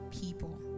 people